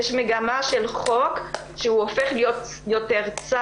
יש מגמה של חוק שהופך להיות יותר צר